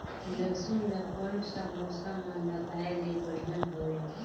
लसुन ला कोन सा मौसम मां लगाय ले बढ़िया हवे?